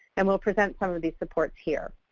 and we'll present some of these supports here.